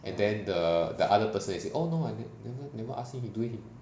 and then the the other person will say oh no I never ask him he do it